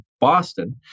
Boston